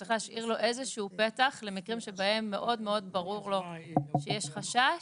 צריך להשאיר לו איזשהו פתח למקרים שבהם מאוד מאוד ברור לו שיש חשש,